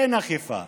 אין אכיפה.